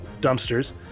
dumpsters